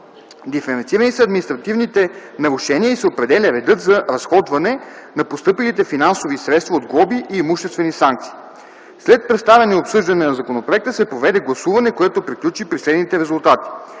Диференцирани са административните нарушения и се определя редът за разходване на постъпилите финансови средства от глоби и имуществени санкции. След представяне и обсъждане на законопроекта се проведе гласуване, което приключи при следните резултати: